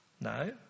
No